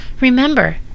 Remember